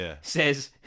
says